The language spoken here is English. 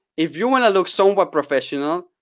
if you want to look somewhat professional,